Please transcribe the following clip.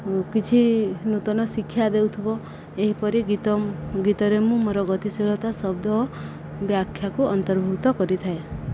ଓ କିଛି ନୂତନ ଶିକ୍ଷା ଦେଉଥିବ ଏହିପରି ଗୀତ ମ୍ ଗୀତରେ ମୁଁ ମୋର ଗତିଶୀଳତା ଶବ୍ଦ ବ୍ୟାଖ୍ୟାକୁ ଅନ୍ତର୍ଭୁକ୍ତ କରିଥାଏ